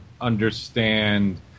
understand